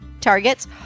targets